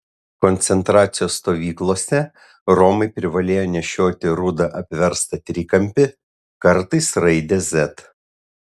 koncentracijos stovyklose romai privalėjo nešioti rudą apverstą trikampį kartais raidę z